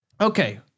Okay